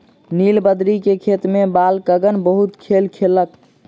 नीलबदरी के खेत में बालकगण बहुत खेल केलक